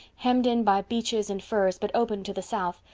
hemmed in by beeches and firs but open to the south,